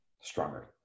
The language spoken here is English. stronger